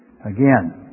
Again